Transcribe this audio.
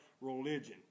religion